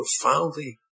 profoundly